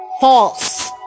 false